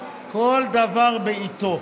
כל דבר בעיתו.